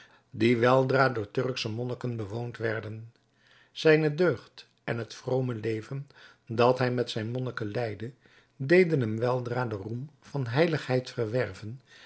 die weldra alle door turksche monniken bewoond werden zijne deugd en het vrome leven dat hij met zijne monniken leidde deden hem weldra den roem van heiligheid verwerven